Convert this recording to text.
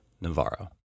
Navarro